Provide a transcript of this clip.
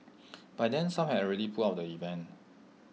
by then some had already pulled out the event